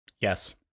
yes